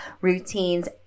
routines